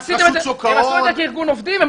אתה יכול לחלוק עליו, אבל תנו לאדם להגיד את דברו.